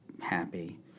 happy